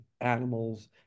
animals